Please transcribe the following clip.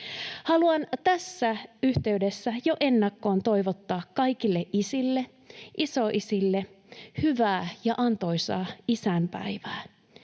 Haluan tässä yhteydessä jo ennakkoon toivottaa kaikille isille sekä isoisille hyvää ja antoisaa isänpäivää.